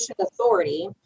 authority